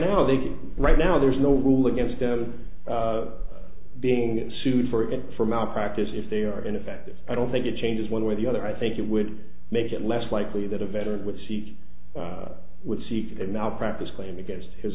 now they can right now there's no rule against a being sued for it for malpractise if they are ineffective i don't think it changes one way or the other i think it would make it less likely that a veteran would seek would seek malpractise claim against